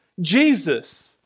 Jesus